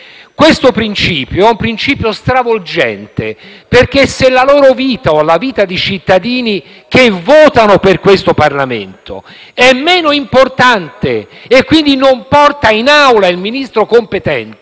Questo principio è stravolgente, perché se la loro vita o quella di cittadini che votano per questo Parlamento è meno importante e quindi non porta in Aula il Ministro competente,